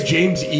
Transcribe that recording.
James